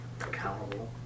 Accountable